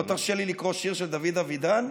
לא תרשה לי לקרוא שיר של דוד אבידן?